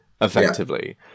effectively